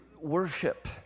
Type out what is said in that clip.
worship